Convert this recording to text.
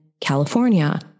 California